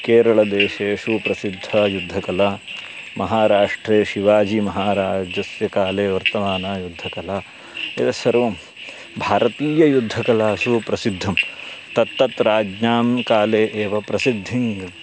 केरळदेशेषु प्रसिद्धा युद्धकला महाराष्ट्रे शिवाजीमहाराजस्य काले वर्तमाना युद्धकला एतत् सर्वं भारतीयुद्धकलासु प्रसिद्धं तत्तत् राज्ञां काले एव प्रसिद्धिं